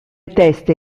teste